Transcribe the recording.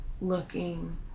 looking